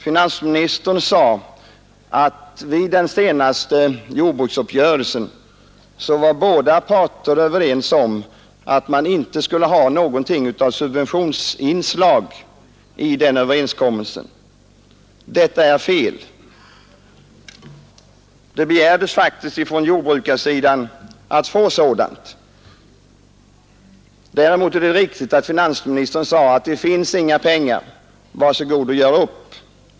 Finansministern sade att vid den senaste jordbruksöverenskommelsen var båda parter överens om att man inte skulle ha någonting av subventionsinslag i denna överenskommelse. Detta är fel. Det begärdes faktiskt från jordbrukarsidan att man skulle få sådant. Däremot är det riktigt att finansministern sade: Det finns inga pengar, var så goda och gör upp!